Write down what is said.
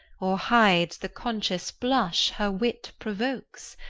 or hides the conscious blush her wit provokes.